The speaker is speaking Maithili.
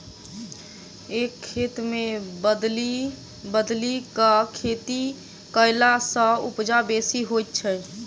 एक खेत मे बदलि बदलि क खेती कयला सॅ उपजा बेसी होइत छै